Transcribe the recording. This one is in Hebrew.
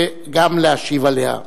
וגם להשיב עליה.